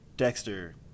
Dexter